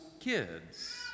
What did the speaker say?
kids